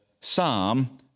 psalm